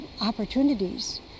opportunities